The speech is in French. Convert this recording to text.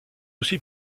aussi